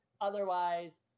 Otherwise